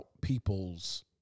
people's